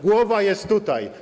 Głowa jest tutaj.